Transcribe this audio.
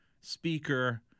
speaker